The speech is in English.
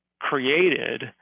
created